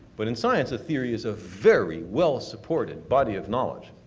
but in science, a theory is a very well supported body of knowledge.